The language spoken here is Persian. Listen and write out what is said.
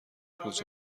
روز